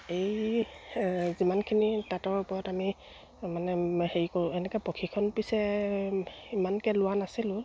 এই যিমানখিনি তাঁতৰ ওপৰত আমি মানে হেৰি কৰোঁ এনেকে প্ৰশিক্ষণ পিছে ইমানকে লোৱা নাছিলোঁ